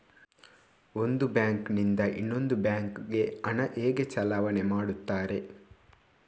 ಒಂದು ಬ್ಯಾಂಕ್ ನಿಂದ ಇನ್ನೊಂದು ಬ್ಯಾಂಕ್ ಗೆ ಹಣ ಹೇಗೆ ಚಲಾವಣೆ ಮಾಡುತ್ತಾರೆ?